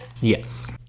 Yes